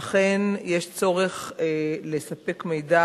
אכן יש צורך לספק מידע